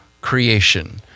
creation